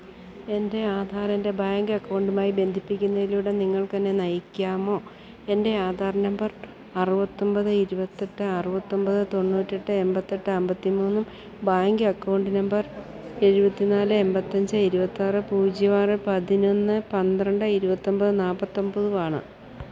എൻ്റെ ആധാറെൻറ്റെ ബാങ്കക്കൗണ്ടുമായി ബന്ധിപ്പിക്കുന്നതിലൂടെ നിങ്ങൾക്കെന്നെ നയിക്കാമോ എൻറ്റെ ആധാർ നമ്പർ അറുപത്തിയൊന്പത് ഇരുപത്തിയെട്ട് അറുപത്തിയൊന്പത് തൊണ്ണൂറ്റിയെട്ട് എണ്പത്തിയെട്ട് അന്പത്തി മൂന്നും ബാങ്ക് അക്കൗണ്ട് നമ്പർ എഴുപത്തി നാല് എണ്പത്തിയഞ്ച് ഇരുപത്തിയാറ് പൂജ്യം ആറ് പതിനൊന്ന് പന്ത്രണ്ട് ഇരുപത്തിയൊന്പത് നാല്പത്തിയൊന്പതുമാണ്